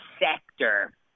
sector